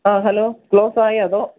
ആ ഹലോ ക്ലോസായോ അതോ